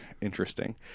interesting